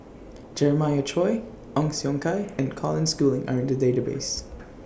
Jeremiah Choy Ong Siong Kai and Colin Schooling Are in The Database